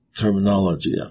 terminology